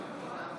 מצביע אורנה